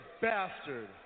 bastard